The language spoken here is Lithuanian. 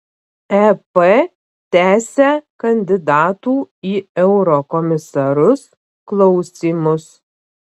ep tęsia kandidatų į eurokomisarus klausymus